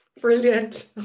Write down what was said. Brilliant